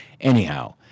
Anyhow